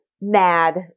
mad